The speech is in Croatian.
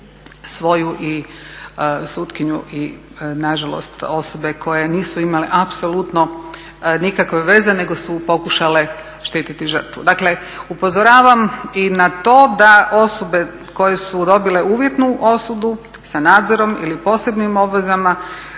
svoju i sutkinju i nažalost osobe koje nisu imale apsolutno nikakve veze nego su pokušale štititi žrtvu. Dakle, upozoravam i na to da osobe koje su dobile uvjetnu osudu sa nadzorom ili posebnim obvezama